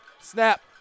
snap